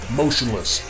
motionless